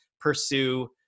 pursue